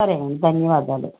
సరే అండి ధన్యవాదాలు